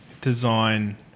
design